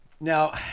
Now